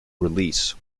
release